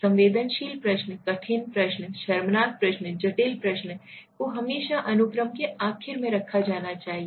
संवेदनशील प्रश्नकठिन प्रश्न शर्मनाक प्रश्न जटिल प्रश्न को हमेशा अनुक्रम में आखिरी में रखा जाना चाहिए